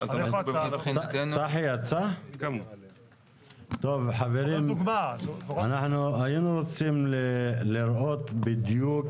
חברים, אנחנו היינו רוצים לראות בדיוק